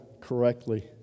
correctly